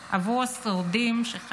עבור השורדים שחיים,